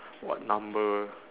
what number